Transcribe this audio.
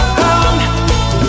come